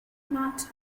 matter